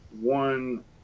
one